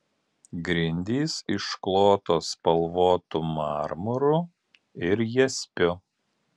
grindys išklotos spalvotu marmuru ir jaspiu